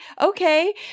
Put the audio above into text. Okay